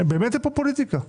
באמת זה פופוליטיקה.